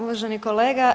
Uvaženi kolega.